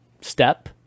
step